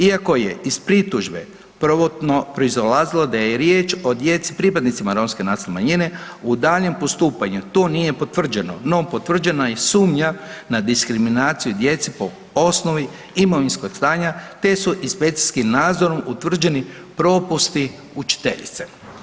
Iako je iz pritužbe prvotno proizolazilo da je riječ o djeci pripadnicima romske nacionalne manjine, u daljnjem postupanju to nije potvrđeno, no potvrđena je i sumnja na diskriminaciju djece po osnovi imovinskog stanja te su inspekcijskim nadzorom utvrđeni propusti učiteljice.